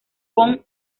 con